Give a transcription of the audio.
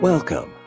Welcome